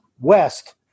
West